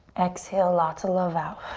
exhale lots of love out.